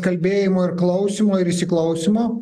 kalbėjimo ir klausymo ir įsiklausymo